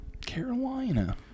Carolina